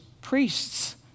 priests